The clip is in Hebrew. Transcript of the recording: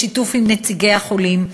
בשיתוף עם נציגי החולים,